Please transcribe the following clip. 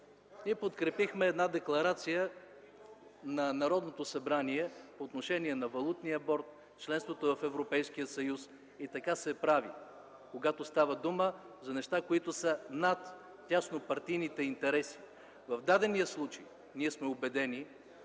ние подкрепихме една декларация на Народното събрание по отношение на Валутния борд, членството в Европейския съюз. И така се прави, когато става дума за неща, които са над теснопартийните интереси. В дадения случай ние сме убедени,